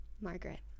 margaret